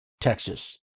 Texas